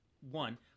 one